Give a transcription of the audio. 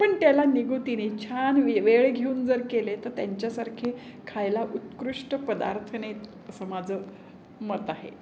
पण त्याला निगुतीने छान वेळ घेऊन जर केले तर त्यांच्यासारखे खायला उत्कृष्ट पदार्थ नाहीत असं माझं मत आहे